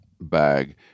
bag